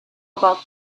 about